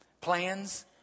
plans